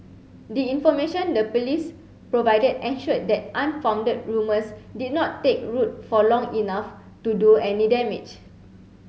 the information the police provided ensured that unfounded rumors did not take root for long enough to do any damage